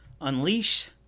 Unleash